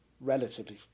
relatively